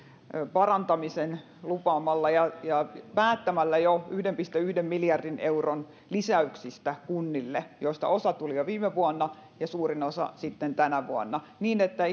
parantamisen lupaamalla ja ja päättämällä jo yhden pilkku yhden miljardin euron lisäyksistä kunnille joista osa tuli jo viime vuonna ja suurin osa sitten tänä vuonna niin että